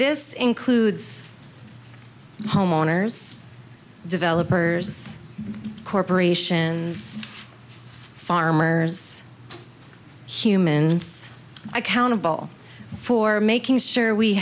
this includes homeowners developers corporations farmers humans accountable for making sure we